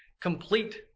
complete